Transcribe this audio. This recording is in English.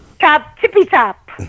Top-tippy-top